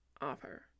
offer